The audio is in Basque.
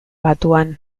batuan